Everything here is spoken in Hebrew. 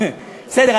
בסדר,